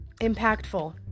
impactful